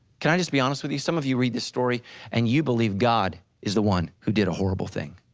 can i just be honest with you? some of you read this story and you believe god is the one who did a horrible thing.